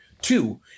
Two